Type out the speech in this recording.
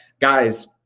guys